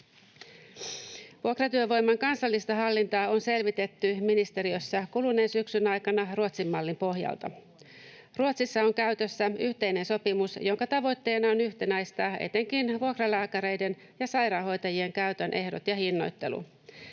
Vuokratyövoiman kansallista hallintaa on selvitetty ministeriössä kuluneen syksyn aikana Ruotsin mallin pohjalta. Ruotsissa on käytössä yhteinen sopimus, jonka tavoitteena on yhtenäistää etenkin vuokralääkäreiden ja -sairaanhoitajien käytön ehdot ja hinnoittelu.